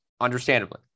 understandably